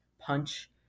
punch